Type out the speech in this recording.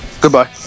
Goodbye